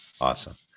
Awesome